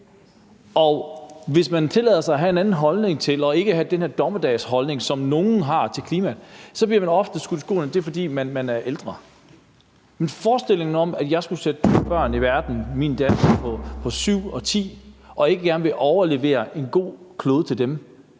og hvis man tillader sig at have en anden holdning til det og ikke har den der dommedagsholdning til klimaet, som nogle har, så bliver man ofte skudt i skoene, at det er, fordi man er ældre. Men forestillingen om, at jeg skulle sætte børn i verden – mine døtre er 7 år og 10 år – og ikke gerne vil overlevere en god klode til dem,